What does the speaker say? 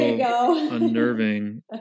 unnerving